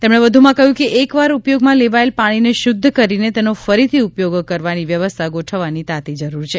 તેમણે વધુમાં કહ્યું કે એકવાર ઉપયોગમાં લેવાયેલ પાણીને શુદ્ધ કરીને તેનો ફરીથી ઉપયોગ કરવાની વ્યવસ્થા ગોઠવવાની તાતી જરૂર છે